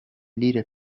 lire